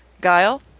Guile